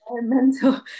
environmental